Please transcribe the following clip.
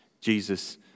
Jesus